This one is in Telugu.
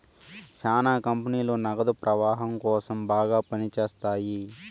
శ్యానా కంపెనీలు నగదు ప్రవాహం కోసం బాగా పని చేత్తాయి